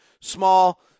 small